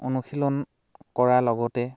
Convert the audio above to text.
অনুশীলন কৰা লগতে